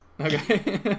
Okay